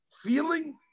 feeling